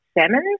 salmon